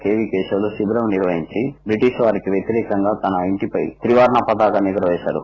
కేశవులు శిబిరం నిర్వహించి బ్రిటిష్ వారికి వ్యతిరేకంగా తన ఇంటిపై త్రివర్ణ పతాకాన్ని ఎగురువేశారు